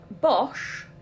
Bosch